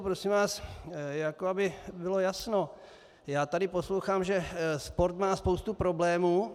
Prosím vás, aby bylo jasno já tady poslouchám, že sport má spoustu problémů.